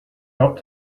ought